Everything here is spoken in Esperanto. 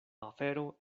afero